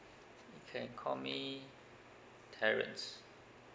can call me terrance